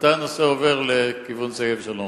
מתי זה עובר לכיוון שגב-שלום?